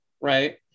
Right